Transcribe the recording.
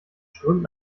strömt